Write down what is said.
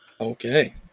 Okay